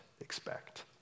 expect